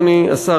אדוני השר,